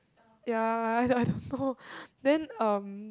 ya I I I don't know then um